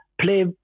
play